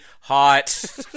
hot